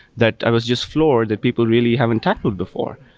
that i was just floored that people really haven't tackled before.